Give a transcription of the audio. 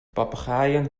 papagaaien